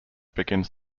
begins